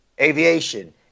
aviation